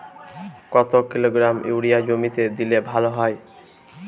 কত kilogram urea জমিতে দিলে ভালো হয়?